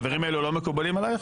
החברים האלה לא מקובלים עלייך,